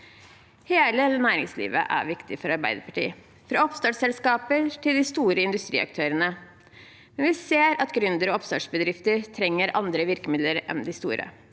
Hele næringslivet er viktig for Arbeiderpartiet, fra oppstartsselskaper til de store industriaktørene, men vi ser at gründere og oppstartsbedrifter trenger andre virkemidler enn de store.